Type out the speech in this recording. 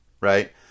right